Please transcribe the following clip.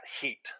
heat